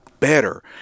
Better